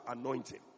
anointing